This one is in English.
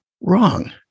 wrong